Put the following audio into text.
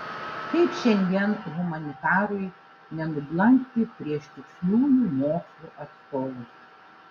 kaip šiandien humanitarui nenublankti prieš tiksliųjų mokslų atstovus